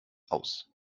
aus